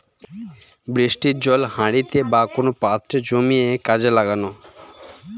বৃষ্টির জল হাঁড়িতে বা কোন পাত্রে জমিয়ে কাজে লাগানো